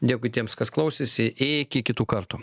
dėkui tiems kas klausėsi iki kitų kartų